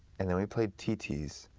and then we played tts.